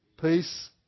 peace